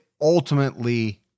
ultimately